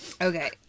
Okay